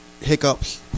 hiccups